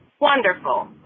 Wonderful